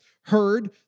heard